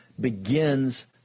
begins